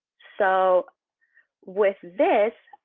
so with this,